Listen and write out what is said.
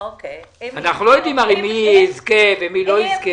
אנחנו הרי לא יודעים מי יזכה ומי לא יזכה.